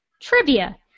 Trivia